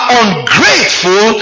ungrateful